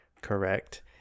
correct